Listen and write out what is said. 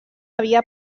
havia